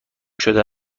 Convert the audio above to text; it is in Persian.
شده